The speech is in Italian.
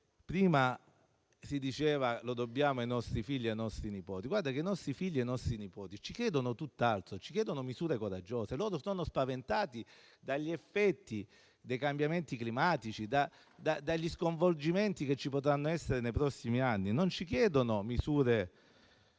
Prima si diceva che lo dobbiamo ai nostri figli e ai nostri nipoti: guardate che i nostri figli e i nostri nipoti ci chiedono tutt'altro; ci chiedono misure coraggiose, spaventati dagli effetti dei cambiamenti climatici e dagli sconvolgimenti che ci potranno essere nei prossimi anni, non ci chiedono misure di